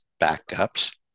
backups